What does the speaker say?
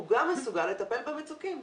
הוא גם מסוגל לטפל במצוקים.